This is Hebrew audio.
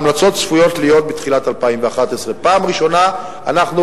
המלצות צפויות בתחילת 2011. זו הפעם הראשונה שאנחנו